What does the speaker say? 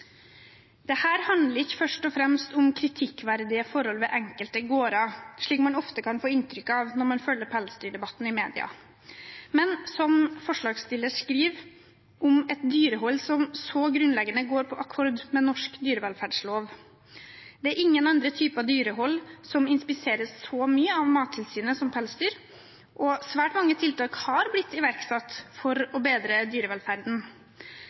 handler ikke først og fremst om kritikkverdige forhold ved enkelte gårder, som man ofte kan få inntrykk av når man følger pelsdyrdebatten i media, men – som forslagsstilleren skriver – om «et dyrehold som så grunnleggende går på akkord med norsk dyrevelferdslov». Det er «ingen andre typer dyrehold som inspiseres» så mye «av Mattilsynet som pelsdyr», og svært mange tiltak har blitt iverksatt «for å bedre dyrevelferden».